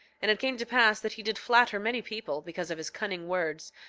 and it came to pass that he did flatter many people, because of his cunning words,